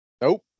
Nope